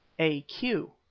a q.